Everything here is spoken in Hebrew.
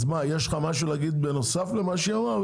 יש לך משהו להגיד בנוסף למה שהיא אומרת,